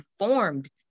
informed